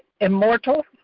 immortal